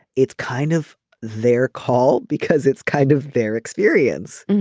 it's kind of their call because it's kind of their experience.